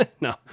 No